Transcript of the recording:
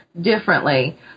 differently